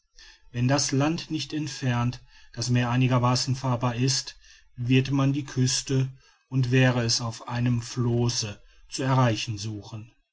wenn das land nicht entfernt das meer einigermaßen fahrbar ist wird man die küste und wäre es auf einem flosse zu erreichen suchen